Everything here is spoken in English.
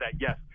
yes